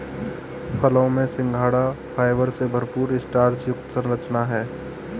फलों में सिंघाड़ा फाइबर से भरपूर स्टार्च युक्त संरचना है